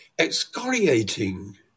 excoriating